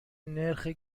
نرخ